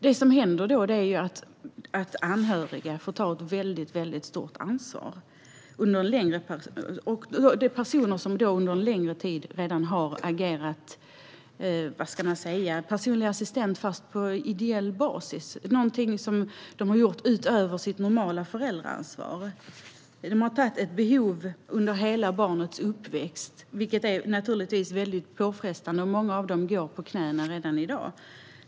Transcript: Det som då händer är att anhöriga får ta ett väldigt stort ansvar. Det är personer som under en längre tid redan har agerat personliga assistenter, fast på ideell basis, någonting som de har gjort utöver sitt normala föräldraansvar. De har tagit ansvar under hela barnets uppväxt, vilket naturligtvis är väldigt påfrestande. Många av dem går på knäna redan i dag.